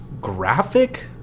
Graphic